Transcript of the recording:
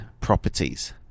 properties